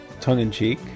tongue-in-cheek